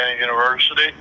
University